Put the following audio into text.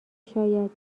شاید